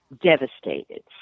devastated